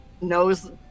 knows